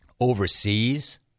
overseas